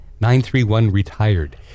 931-RETIRED